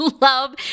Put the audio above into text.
love